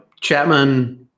Chapman –